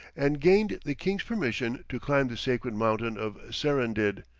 and gained the king's permission to climb the sacred mountain of serendid,